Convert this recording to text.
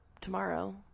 tomorrow